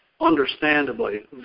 understandably